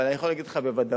אבל אני יכול להגיד לך בוודאות